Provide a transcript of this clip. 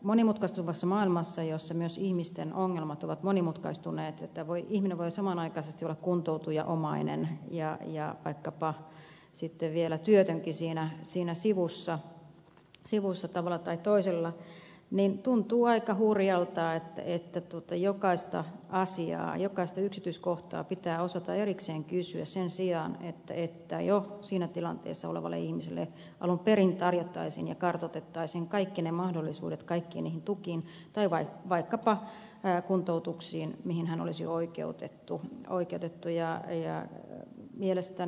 monimutkaistuvassa maailmassa jossa myös ihmisten ongelmat ovat monimutkaistuneet niin että ihminen voi samanaikaisesti olla kuntoutuja omainen ja vaikkapa sitten vielä työtönkin siinä sivussa tavalla tai toisella tuntuu aika hurjalta että jokaista asiaa jokaista yksityiskohtaa pitää osata erikseen kysyä sen sijaan että siinä tilanteessa olevan ihmisen tilanne jo alun perin kartoitettaisiin ja tarjottaisiin mahdollisuudet kaikkiin niihin tukiin tai vaikkapa kuntoutuksiin mihin hän olisi oikeutettu ja oikeutettuja ei hänen mielestään